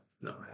no